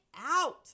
out